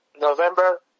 November